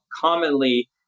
commonly